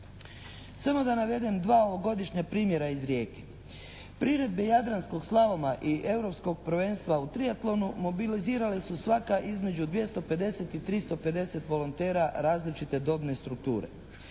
Samo da navedem dva ovogodišnja primjera iz Rijeke. Priredbe Jadranskog slaloma i Europskog prvenstva u triatlonu mobilizirale su svaka između 250 i 350 volontera različite dobne strukture.